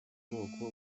bwoko